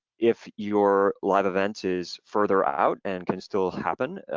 if your live events is further out and can still happen,